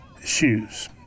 shoes